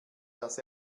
dass